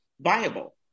viable